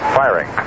firing